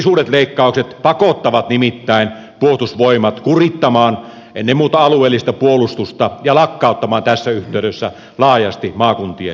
ylisuuret leikkaukset pakottavat nimittäin puolustusvoimat kurittamaan ennen muuta alueellista puolustusta ja lakkauttamaan tässä yhteydessä laajasti maakuntien varuskuntia